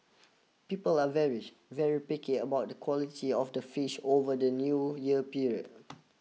people are very very picky about the quality of the fish over the New Year period